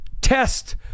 test